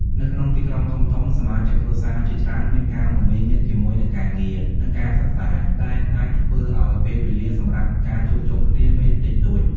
នៅក្នុងទីក្រុងធំៗ សមាជិកគ្រួសារជាច្រើនមានការមមាញឹកជាមួយនឹងការងារ និងការសិក្សា ដែលអាចធ្វើឲ្យពេលវេលាសម្រាប់ការជួបជុំគ្នាមានតិចតួច។